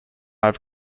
have